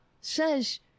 says